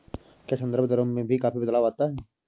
क्या संदर्भ दरों में भी काफी बदलाव आता है?